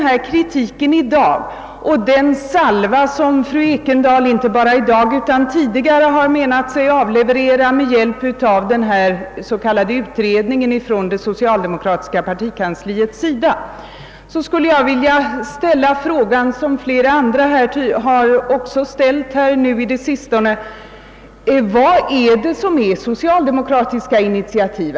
För att gå tillbaka till den salva, som fru Ekendahl inte bara i dag utan även tidigare menat sig ha avlevererat genom den s.k. utredningen från det socialdemokratiska partikansliet, skulle jag vilja ställa en fråga, som också flera andra talare nyss har aktualiserat, nämligen vad som är socialdemokratiska initiativ.